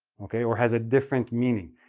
okay, or has a different meaning.